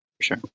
sure